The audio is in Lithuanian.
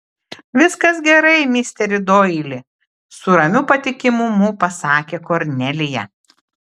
viskas gerai misteri doili su ramiu patikimumu pasakė kornelija